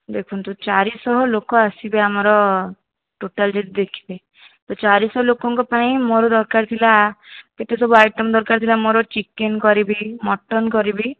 ଦେଖନ୍ତୁ ଚାରିଶହ ଲୋକ ଆସିବେ ଆମର ଟୋଟାଲ୍ ଯଦି ଦେଖିବେ ତ ଚାରିଶହ ଲୋକଙ୍କ ପାଇଁ ମୋର ଦରକାର ଥିଲା କେତେ ସବୁ ଆଇଟମ୍ ଦରକାର ଥିଲା ମୋର ଚିକେନ୍ କରିବି ମଟନ୍ କରିବି